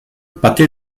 pâté